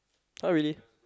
not really